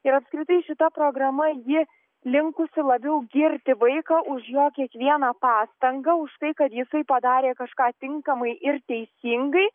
ir apskritai šita programa ji linkusi labiau girti vaiką už jo kiekvieną pastangą už tai kad jisai padarė kažką tinkamai ir teisingai